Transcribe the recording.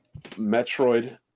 Metroid